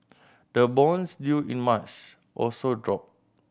the bonds due in March also dropped